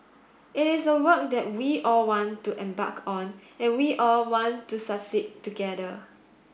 it is a work that we all want to embark on and we all want to succeed together